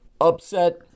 upset